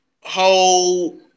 whole